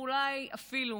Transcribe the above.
ואולי אפילו